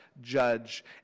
judge